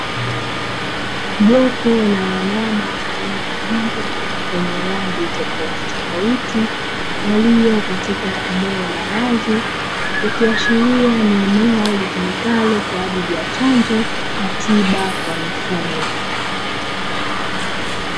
Jopo la wanyama aina ya mbwa wenye rangi tofautitofauti, walio katika eneo la wazi, ikiashiria ni eneo litumikalo kwa ajili ya chanjo na tiba kwa mifugo.